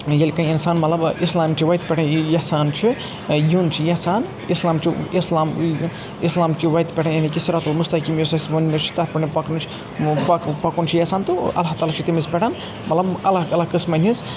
یِیٚلہِ کانٛہہ اِنسان مَطلَب اِسلام چہِ وَتہِ پؠٹھ یژھان چھِ یُن چھِ یژھان اِسلام اِسلام چہِ اِسلام چہِ وَتہِ پؠٹھ یعنی کہِ الصراط المستقيم یۄس اسہِ ؤنمٕژ چھِ تتھ پؠٹھ پَکنٕچ پہ پَکُن چھِ یژھان تہٕ ااَللہ تعالیٰ چھِ تٔمِس پؠٹھ مَطلَب الگ الگ قٕسمَن ہٕنٛز